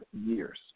years